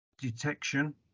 detection